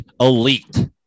elite